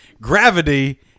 gravity